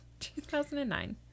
2009